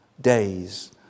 days